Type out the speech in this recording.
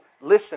listen